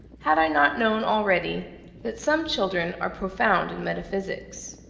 had i not known already that some children are profound in metaphysics.